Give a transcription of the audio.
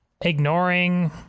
ignoring